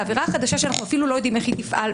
בעבירה החדשה שאנחנו אפילו לא יודעים איך היא תפעל,